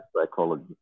psychology